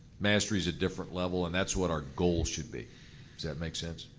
mastery is a different level and that's what our goal should be, does that make sense?